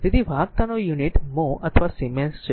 તેથી વાહકતાનું unit mho અથવા સિમેન્સ છે